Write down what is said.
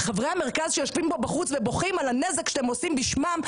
חברי המרכז שיושבים פה בחוץ ובוכים על הנזק שאתם עושים בשמם,